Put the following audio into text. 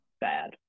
bad